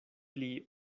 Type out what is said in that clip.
pli